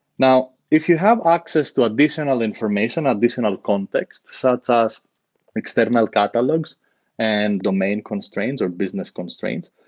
now, if you have access to additional information, additional context such ah as external catalogs and domain constraints or business constraints,